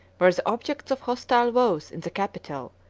were the objects of hostile vows in the capitol,